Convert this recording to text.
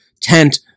tent